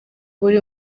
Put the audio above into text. buri